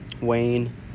Wayne